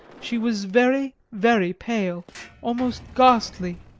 she was very, very pale almost ghastly,